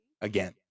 again